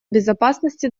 безопасности